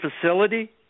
facility